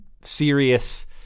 serious